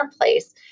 place